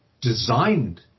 designed